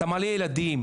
אתה מעלה ילדים,